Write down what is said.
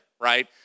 right